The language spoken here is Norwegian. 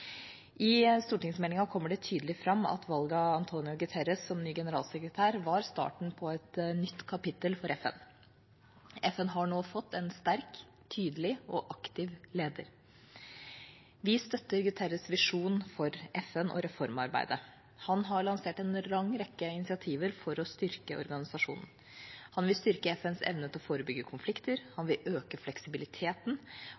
I stortingsmeldinga kommer det tydelig fram at valget av António Guterres som ny generalsekretær var starten på et nytt kapittel for FN. FN har nå fått en sterk, tydelig og aktiv leder. Vi støtter Guterres’ visjon for FN og reformarbeidet. Han har lansert en lang rekke initiativer for å styrke organisasjonen. Han vil styrke FNs evne til å forebygge konflikter,